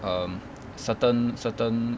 um certain certain